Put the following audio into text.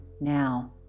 now